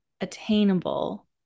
attainable